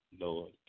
Lord